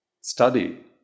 study